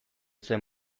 zuen